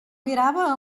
mirava